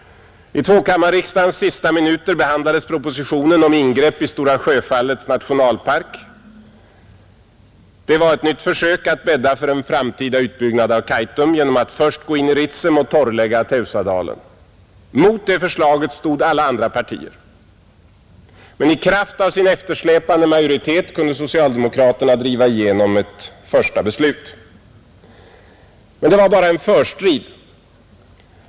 I tvåkammarriksdagens sista minuter behandlades propositionen om ingrepp i Stora Sjöfallets nationalpark, Det var ett nytt försök att bädda för en framtida utbyggnad av Kaitum genom att först gå in i Ritsem och torrlägga Teusadalen. Mot det förslaget stod alla andra partier, men i kraft av sin eftersläpande majoritet kunde socialdemokraterna driva igenom ett första beslut. Det var dock bara en förstrid.